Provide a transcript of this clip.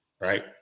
right